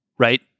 right